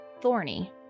thorny